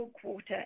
quarter